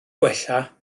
gwella